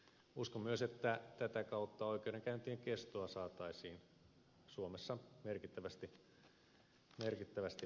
uskon myös että tätä kautta oikeudenkäyntien kestoa saataisiin suomessa merkittävästi lyhennettyä